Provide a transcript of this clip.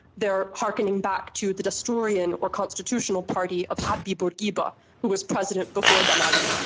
they are harkening back to the destourian or constitutional party of habib bourguiba who was president before ben ali.